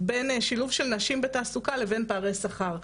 בין שילוב נשים בתעסוקה לבין פערי שכר.